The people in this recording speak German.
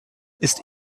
ist